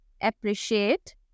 appreciate